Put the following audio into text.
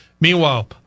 Meanwhile